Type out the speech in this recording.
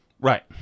Right